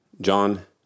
John